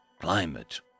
climate